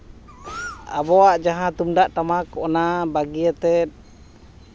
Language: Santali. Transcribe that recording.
ᱟᱵᱚᱣᱟᱜ ᱡᱟᱦᱟᱸ ᱛᱩᱢᱫᱟᱜ ᱴᱟᱢᱟᱠ ᱚᱱᱟ ᱵᱟᱹᱜᱤᱭᱟᱛᱮᱫ